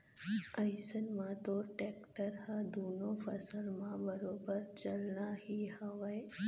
अइसन म तोर टेक्टर ह दुनों फसल म बरोबर चलना ही हवय